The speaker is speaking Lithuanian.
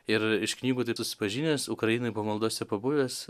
ir iš knygų taip susipažinęs ukrainoj pamaldose pabuvęs